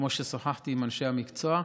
כמו ששוחחתי עם אנשי המקצוע,